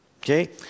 Okay